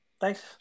thanks